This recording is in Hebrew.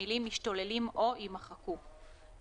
המילים "משתוללים או" יימחקו.